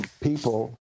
people